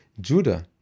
Judah